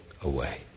away